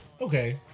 okay